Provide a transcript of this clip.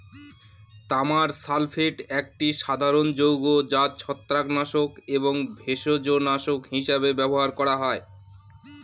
তামার সালফেট একটি সাধারণ যৌগ যা ছত্রাকনাশক এবং ভেষজনাশক হিসাবে ব্যবহার করা হয়